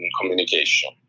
communication